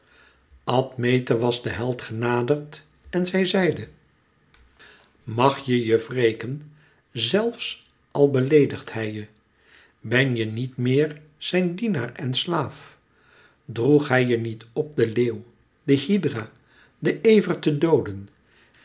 admete was den held genaderd en zij zeide mag je je wreken zelfs al beleedigt hij je ben je niet meer zijn dienaar en slaaf droeg hij je niet op den leeuw de hydra den ever te dooden